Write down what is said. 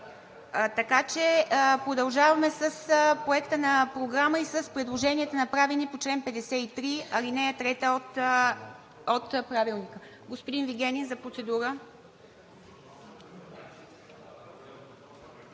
така че продължаваме с Проекта на програма и с предложенията, направени по чл. 53, ал. 3 от Правилника. Господин Вигенин – за процедура.